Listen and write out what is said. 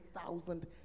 thousand